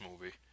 movie